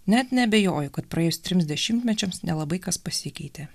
net neabejoju kad praėjus trims dešimtmečiams nelabai kas pasikeitė